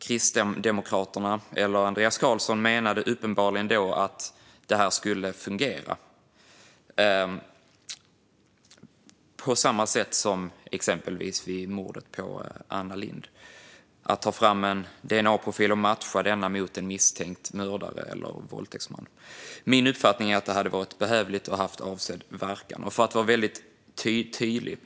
Kristdemokraterna - Andreas Carlson - menade uppenbarligen att det skulle fungera på samma sätt som vid exempelvis mordet på Anna Lindh, det vill säga att ta fram en dna-profil och matcha denna mot en misstänkt mördare eller våldtäktsman. Min uppfattning är att det är behövligt och skulle ha avsedd verkan. Låt mig vara tydlig.